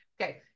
Okay